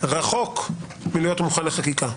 רחוק מלהיות מוכן לחקיקה.